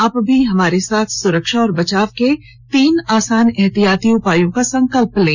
आप भी हमारे साथ सुरक्षा और बचाव के तीन आसान एहतियाती उपायों का संकल्प लें